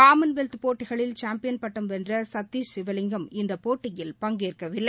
Commonwealth போட்டிகளில் champion பட்டம் வென்ற சத்திஷ் சிவலிங்கம் இந்த போட்டியில் பங்கேற்கவில்லை